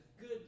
good